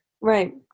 right